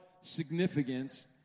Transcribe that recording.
significance